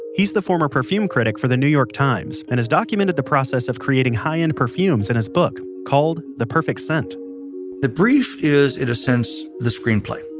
he's the former perfume critic for the new york times, and has documented the process of creating high-end perfumes in his book called the perfect scent the brief is, in a sense, the screenplay,